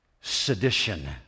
sedition